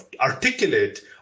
articulate